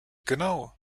genau